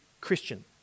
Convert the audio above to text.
Christian